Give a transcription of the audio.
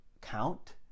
count